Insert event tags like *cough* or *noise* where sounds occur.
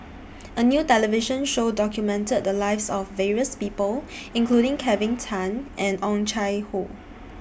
A New television Show documented The Lives of various People *noise* including Kelvin Tan and Oh Chai Hoo